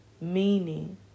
Meaning